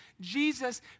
Jesus